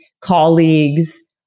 colleagues